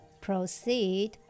Proceed